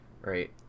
right